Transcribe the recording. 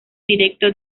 directo